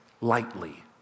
lightly